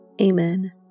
Amen